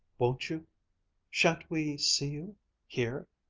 won't you shan't we see you here?